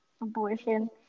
abortion